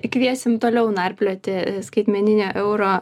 kviesim toliau narplioti skaitmeninę euro